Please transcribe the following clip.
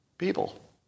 People